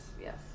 yes